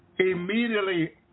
Immediately